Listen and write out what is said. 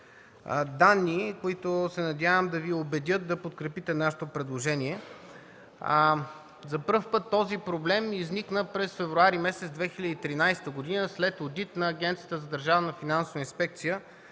данни, които се надявам да Ви убедят да подкрепите нашето предложение. За пръв път този проблем изникна през месец февруари 2013 г. след одит на Агенцията за държавна финансова инспекция